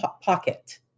pocket